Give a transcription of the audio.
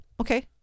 Okay